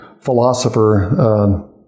philosopher